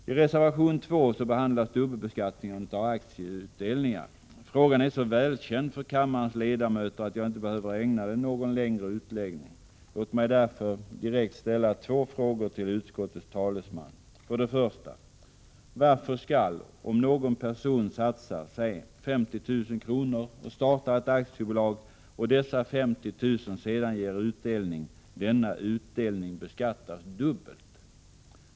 I reservation 2 behandlas dubbelbeskattningen av aktieutdelningar. Frågan är så välkänd för kammarens ledamöter att jag inte behöver ägna den någon längre utläggning. Låt mig därför direkt ställa två frågor till utskottets talesman. För det första: Varför skall, om någon person satsar säg 50 000 kr. och startar ett aktiebolag och dessa 50 000 sedan ger utdelning, denna utdelning beskattas dubbelt?